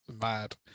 mad